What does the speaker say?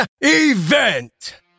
event